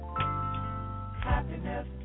Happiness